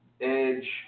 Edge